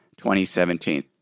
2017